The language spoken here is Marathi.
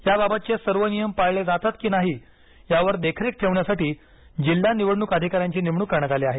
याबाबतचे सर्व नियम पाळले जातात की नाही यावर देखरेख ठेवण्यासाठी जिल्हा निवडणूक अधिकाऱ्याची नेमणूक करण्यात आली आहे